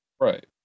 Right